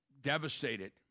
devastated